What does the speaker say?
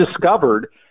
discovered